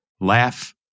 Laugh